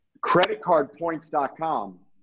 Creditcardpoints.com